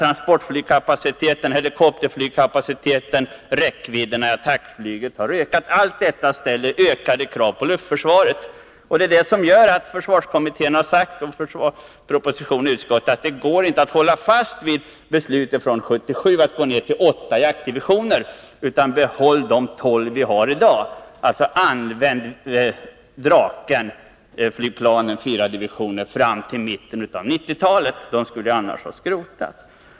Transportflygkapaciteten, helikopterflygkapaciteten och räckvidden i attackflyget har ökat, och allt detta ställer ökade krav på luftförsvaret. Detta har gjort att man såväl i försvarskommittén som i propositionen och i utskottet har sagt att det inte går att hålla fast vid beslutet från 1977 om att gå ner till åtta jaktdivisioner, utan vi bör behålla de tolv vi har i dag. Vi kan använda de fyra divisionerna med Drakenflygplan fram till mitten av 1990-talet — de skulle ju annars ha skrotats.